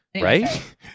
Right